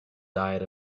diet